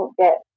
get